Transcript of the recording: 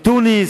מתוניס,